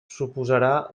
suposarà